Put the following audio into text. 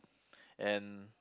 and